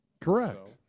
Correct